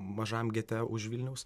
mažam gete už vilniaus